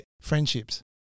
friendships